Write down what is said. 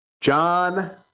John